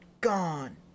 gone